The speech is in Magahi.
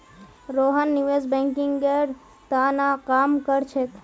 रोहन निवेश बैंकिंगेर त न काम कर छेक